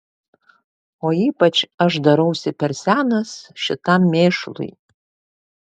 o ypač aš darausi per senas šitam mėšlui